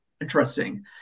interesting